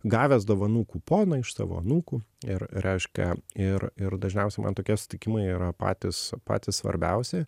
gavęs dovanų kuponą iš savo anūkų ir reiškia ir ir dažniausiai man tokie susitikimai yra patys patys svarbiausi